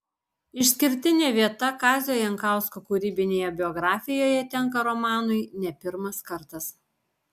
išskirtinė vieta kazio jankausko kūrybinėje biografijoje tenka romanui ne pirmas kartas